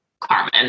Carmen